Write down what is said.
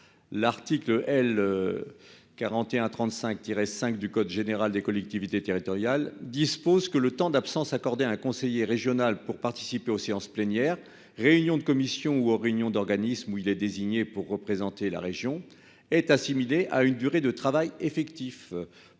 L'article L. 4135-5 du code général des collectivités territoriales dispose que le temps d'absence accordé à un conseiller régional pour participer aux séances plénières, aux réunions de commissions ou aux réunions d'organismes où il est désigné pour représenter la région est assimilé à une durée de travail effective